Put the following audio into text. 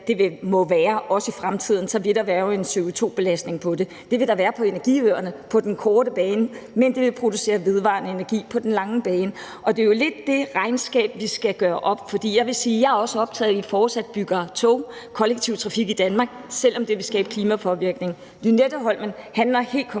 det må være, også i fremtiden, så vil der være en CO2-belastning på det. Det vil der være på energiøerne på den korte bane, men det vil producere vedvarende energi på den lange bane, og det er jo lidt det regnskab, vi skal gøre op. Jeg er også optaget af, at vi fortsat bygger tog og kollektiv trafik i Danmark, selv om det vil skabe klimapåvirkning. Lynetteholmen handler helt konkret